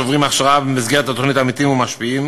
שעוברים הכשרה במסגרת התוכנית "עמיתים ומשפיעים"